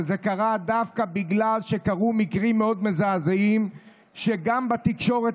וזה קרה דווקא בגלל שקרו מקרים מאוד מזעזעים שפורסמו גם בתקשורת,